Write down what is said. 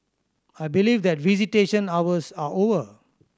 I believe that visitation hours are over